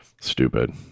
Stupid